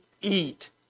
eat